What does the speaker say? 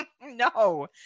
No